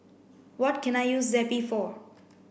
what can I use Zappy for